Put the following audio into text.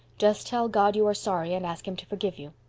just tell god you are sorry and ask him to forgive you.